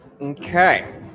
Okay